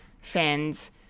fans